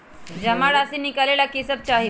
जमा राशि नकालेला कि सब चाहि?